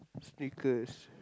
Snickers